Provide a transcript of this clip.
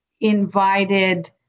invited